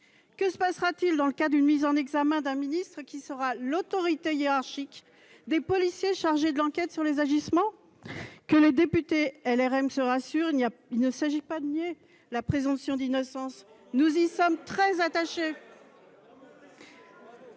que se passera-t-il en cas de mise en examen d'un ministre qui sera l'autorité hiérarchique des policiers chargés d'enquêter sur ses agissements ? Que les députés LaREM se rassurent, il s'agit non pas de nier la présomption d'innocence, nous y sommes très attachés